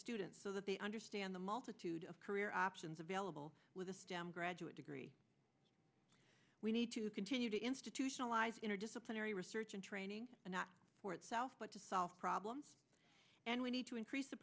students so that they understand the multitude of career options available with a stem graduate degree we need to continue to institutionalize interdisciplinary research and training and not for itself but to solve problems and we need to increase